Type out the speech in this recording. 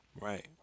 Right